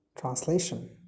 translation